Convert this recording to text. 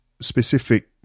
specific